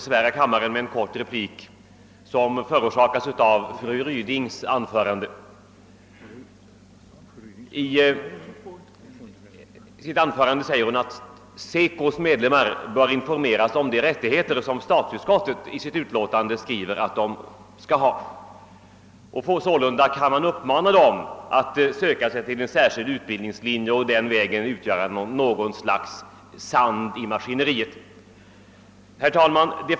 s medlemmar bör informeras om de rättigheter som statsutskottet i sitt utlåtande skriver att studenterna har, att man sålunda kan uppmana dem att söka sig till en särskild utbildningslinje och att den vägen strö sand i maskineriet. Herr talman!